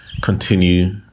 continue